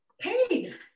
paid